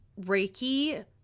Reiki